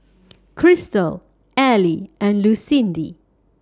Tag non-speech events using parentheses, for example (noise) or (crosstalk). (noise) Christel Ely and Lucindy